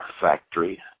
Factory